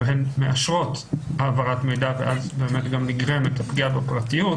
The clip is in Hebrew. הן מאשרות העברת מידע ואז באמת גם נגרמת הפגיעה בפרטיות.